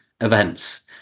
events